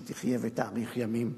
שתחיה ותאריך ימים,